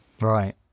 Right